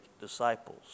disciples